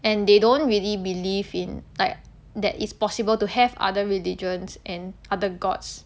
and they don't really believe in like that it's possible to have other religions and other gods